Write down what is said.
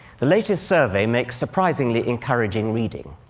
the latest survey makes surprisingly encouraging reading.